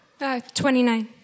29